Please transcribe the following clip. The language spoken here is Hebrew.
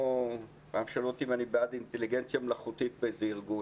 פעם שאלו אותי אם אני בעד אינטליגנציה מלאכותית באיזה ארגון.